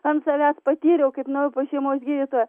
ant savęs patyriau kaip nuėjau pas šeimos gydytoją